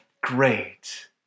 great